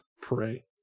pray